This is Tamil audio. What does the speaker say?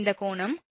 இந்த கோணம் 30°